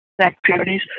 activities